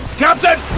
captain?